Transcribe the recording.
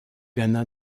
ghana